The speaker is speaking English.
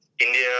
India